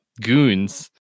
goons